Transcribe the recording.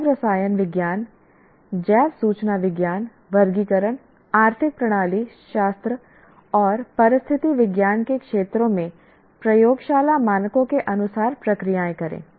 जैव रसायन विज्ञान जैव सूचना विज्ञान वर्गीकरण आर्थिक प्राणी शास्त्र और परिस्थिति विज्ञान के क्षेत्रों में प्रयोगशाला मानकों के अनुसार प्रक्रियाएं करें